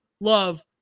love